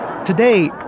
Today